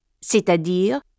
c'est-à-dire